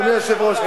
אדוני היושב-ראש,